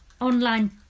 online